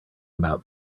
about